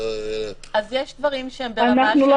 אנחנו לא